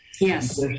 Yes